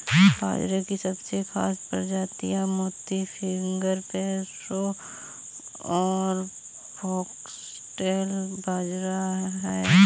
बाजरे की सबसे खास प्रजातियाँ मोती, फिंगर, प्रोसो और फोक्सटेल बाजरा है